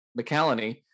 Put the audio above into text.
McCallany